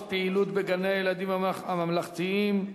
הצעת חוק הסדרת שעות פעילות בגני-הילדים הממלכתיים,